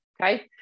okay